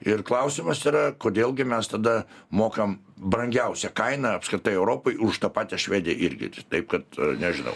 ir klausimas yra kodėl gi mes tada mokam brangiausią kainą apskritai europoj už tą pačią švediją irgi ti taip kad nežinau